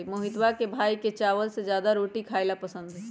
मोहितवा के भाई के चावल से ज्यादा रोटी खाई ला पसंद हई